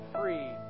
free